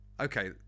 okay